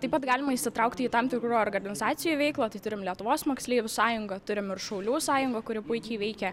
taip pat galima įsitraukti į tam tikrų organizacijų veiklą tai turim lietuvos moksleivių sąjungą turim ir šaulių sąjungą kuri puikiai veikia